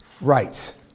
rights